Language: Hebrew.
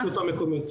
הרשות המקומית.